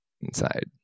inside